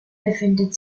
befindet